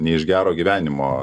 ne iš gero gyvenimo